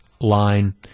line